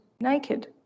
naked